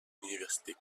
université